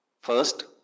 First